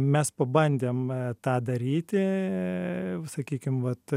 mes pabandėm tą daryti sakykim vat